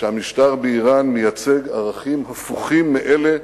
שהמשטר באירן מייצג ערכים הפוכים מאלה